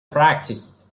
practice